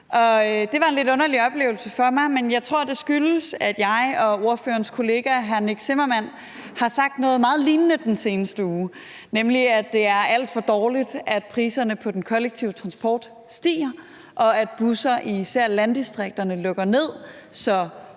Det var en lidt underlig oplevelse for mig, men jeg tror, det skyldtes, at jeg og ordførerens kollega hr. Nick Zimmermann har sagt noget, der er meget lig hinanden, den seneste uge, nemlig at det er alt for dårligt, at priserne på den kollektive transport stiger, og at busser i især landdistrikterne lukker ned, så